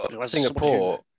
Singapore